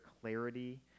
clarity